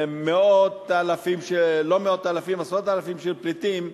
מאות אלפים, לא מאות, עשרות אלפים פליטים,